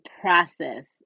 process